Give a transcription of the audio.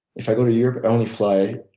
if i go to europe, i only fly